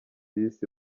bus